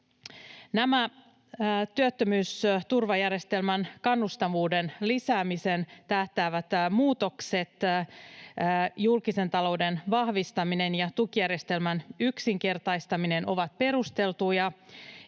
Nämä työttömyysturvajärjestelmän kannustavuuden lisäämiseen tähtäävät muutokset, julkisen talouden vahvistaminen ja tukijärjestelmän yksinkertaistaminen, ovat perusteltuja,